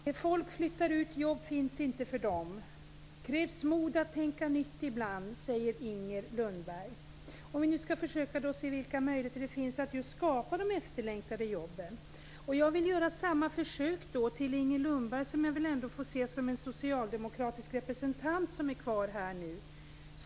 Herr talman! Ja, folk flyttar ut. Det finns inga jobb för dem. Det krävs mod för att tänka nytt ibland, säger Inger Lundberg. Om vi nu skulle försöka se vilka möjligheter det finns att just skapa de efterlängtade jobben? Jag vill göra samma försök som jag har gjort tidigare, men den här gången med Inger Lundberg, som jag väl ändå får se som en socialdemokratisk representant som är kvar här.